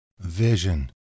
Vision